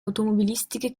automobilistiche